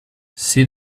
see